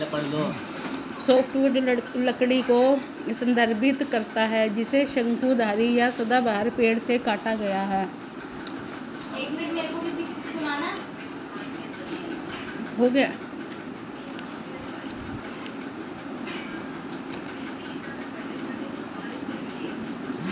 softwood लकड़ी को संदर्भित करता है जिसे शंकुधारी या सदाबहार पेड़ से काटा गया है